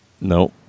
No